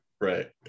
Right